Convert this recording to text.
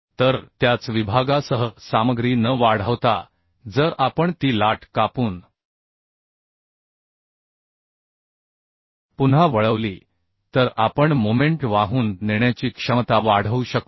तर त्याच विभागासह सामग्री न वाढवता जर आपण ती लाट कापून पुन्हा वळवली तर आपण मोमेंट वाहून नेण्याची क्षमता वाढवू शकतो